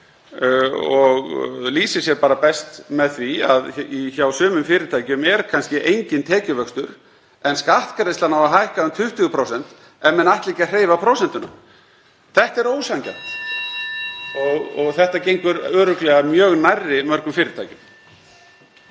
og lýsir sér best með því að hjá sumum fyrirtækjum er kannski enginn tekjuvöxtur en skattgreiðslan á að hækka um 20% ef menn ætla ekki að hreyfa við prósentunum. Þetta er ósanngjarnt og gengur örugglega mjög nærri mörgum fyrirtækjum.